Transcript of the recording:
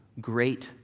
great